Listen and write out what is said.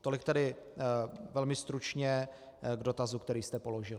Tolik tedy velmi stručně k dotazu, který jste položil.